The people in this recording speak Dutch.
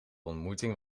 ontmoeting